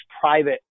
private